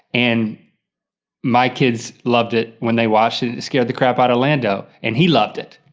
and my kids loved it when they watched it. it scared the crap out of lando, and he loved it,